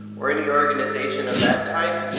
or any organization of that type,